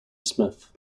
smith